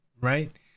right